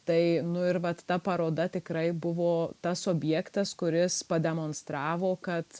tai nu ir vat ta paroda tikrai buvo tas objektas kuris pademonstravo kad